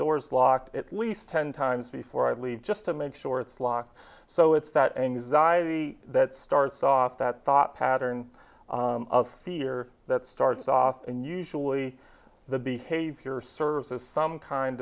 doors lock at least ten times before i leave just to make sure it's locked so it's that anxiety that starts off that thought pattern of fear that starts off and usually the behavior serves as some kind